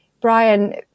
brian